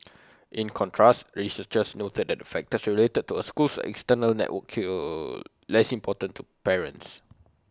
in contrast researchers noted that factors related to A school's external network were less important to parents